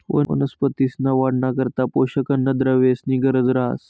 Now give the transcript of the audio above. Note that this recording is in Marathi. वनस्पतींसना वाढना करता पोषक अन्नद्रव्येसनी गरज रहास